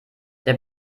der